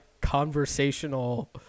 conversational